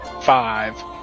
five